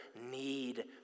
need